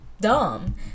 dumb